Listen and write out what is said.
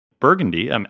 Burgundy